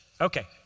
Okay